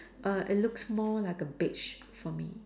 err it looks more like a beige for me